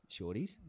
shorties